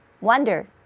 wonder